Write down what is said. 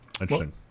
Interesting